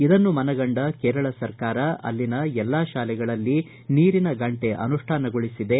ಇದನ್ನು ಮನಗಂಡ ಕೇರಳ ಸರ್ಕಾರವು ಅಲ್ಲಿನ ಎಲ್ಲಾ ತಾರೆಗಳಲ್ಲಿ ನೀರಿನ ಗಂಟೆ ಅನುಷ್ಠಾನಗೊಳಿಬಿದೆ